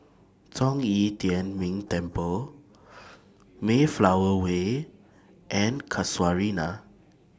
Zhong Yi Tian Ming Temple Mayflower Way and Casuarina